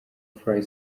fly